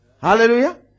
Hallelujah